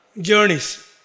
journeys